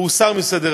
והוא הוסר מסדר-היום.